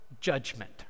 judgment